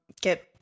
get